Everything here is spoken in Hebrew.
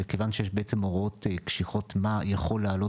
וכיוון שיש בעצם הוראות קשיחות מה יכול לעלות